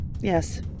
Yes